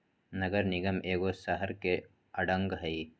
नगर निगम एगो शहरके अङग हइ